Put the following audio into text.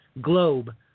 globe